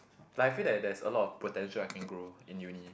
like I feel that there's a lot of potential I can grow in uni